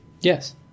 yes